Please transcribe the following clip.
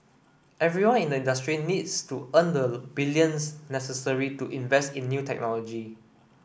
everyone in the industry needs to earn the billions necessary to invest in new technology